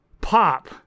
Pop